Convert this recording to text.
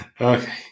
Okay